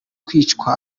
kwicwa